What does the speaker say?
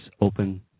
open